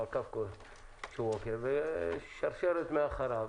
ושרשרת מאחוריו.